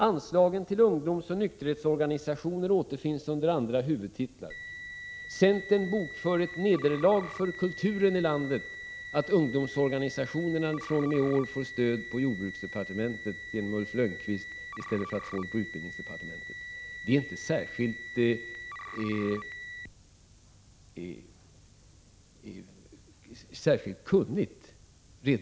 Anslagen till ungdomsoch nykterhetsorganisationer återfinns under andra huvudtitlar. Centern bokför som ett nederlag för kulturen i landet att ungdomsorganisationerna fr.o.m. i år får stöd av jordbruksdepartementet genom Ulf Lönnqvist i stället för av utbildningsdepartementet. Redovisningen i motionen är inte särskilt kunnig.